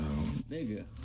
Nigga